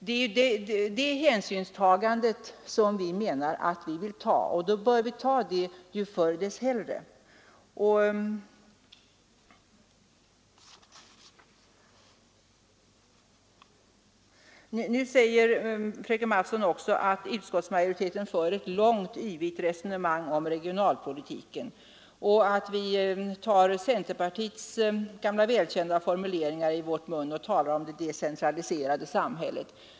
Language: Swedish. Det är det hänsynstagandet som vi vill ta och då bör vi ta det ju förr dess hellre. Vidare säger fröken Mattson att utskottsmajoriteten för ett långt och yvigt resonemang om regionalpolitiken, att vi tar centerpartiets gamla välkända formuleringar i vår mun och talar om det decentraliserade samhället.